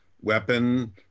Weapon